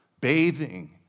bathing